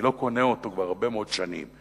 אני לא קונה אותו כבר הרבה מאוד שנים.